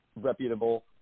reputable